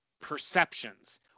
perceptions